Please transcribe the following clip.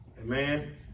Amen